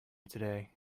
today